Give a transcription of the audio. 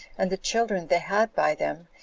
and the children they had by them,